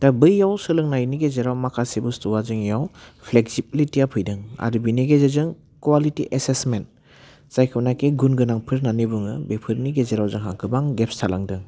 दा बैयाव सोलोंनायनि गेजेराव माखासे बुस्थुआ जोंनियाव फ्लेगसिबिलिटिया फैदों आरो बिनि गेजेरजों कवालिटि एसेसमेन्ट जायखौनाखि गुन गोनांफोर होनानै बुङो बेफोरनि गेजेराव जोंहा गोबां गेप्स थालांदों